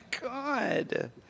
god